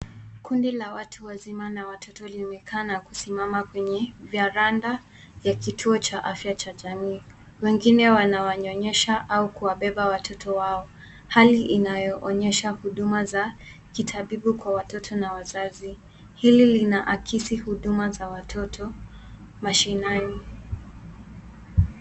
Kundi la watu wazima na watoto limekaa na kusimama kwenye veranda ya kituo cha afya cha jamii. Wengine wanawanyonyesha au kuwabeba watoto wao. Hali inayoonyesha huduma za kitabibu kwa watoto na wazazi. Hili linaakisi huduma za watoto mashinani.